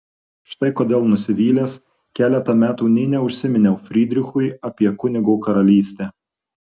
štai kodėl nusivylęs keletą metų nė neužsiminiau frydrichui apie kunigo karalystę